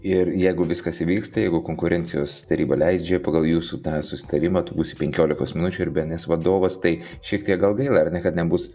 ir jeigu viskas įvyksta jeigu konkurencijos taryba leidžia pagal jūsų tą susitarimą tu būsi penkiolikos minučių ir bns vadovas tai šiek tiek gal gaila kad nebus